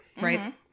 right